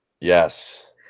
Yes